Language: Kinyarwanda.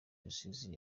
rusizi